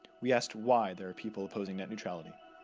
we asked why there are people opposing net neutrality.